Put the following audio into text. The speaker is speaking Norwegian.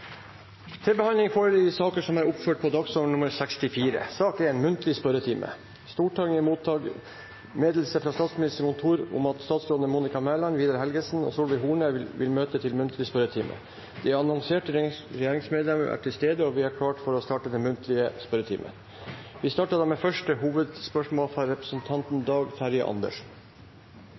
Stortinget mottok mandag meddelelse fra Statsministerens kontor om at statsrådene Monica Mæland, Vidar Helgesen og Solveig Horne vil møte til muntlig spørretime. De annonserte regjeringsmedlemmer er til stede, og vi er klar til å starte den muntlige spørretimen. Vi starter da med første hovedspørsmål, fra representanten Dag Terje Andersen.